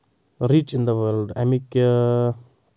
rich in the world اَمِکۍ